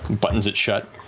buttons it shut,